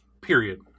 period